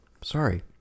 Sorry